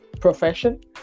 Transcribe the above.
profession